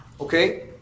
okay